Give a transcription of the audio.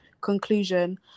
conclusion